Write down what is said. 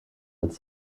als